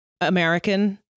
American